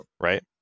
right